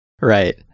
Right